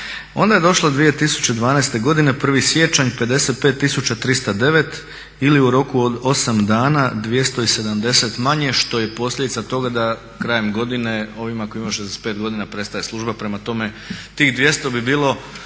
Onda je došlo 2012.godine 1.siječanj 55.309 ili u roku od 8 dana 270 manje što je posljedica toga da krajem godine ovima koji imaju 65 godina prestaje služba, prema tome tih 200 bi bilo